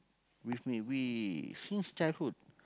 with me we since childhood